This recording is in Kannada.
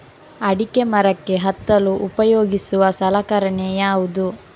ಅಡಿಕೆ ಮರಕ್ಕೆ ಹತ್ತಲು ಉಪಯೋಗಿಸುವ ಸಲಕರಣೆ ಯಾವುದು?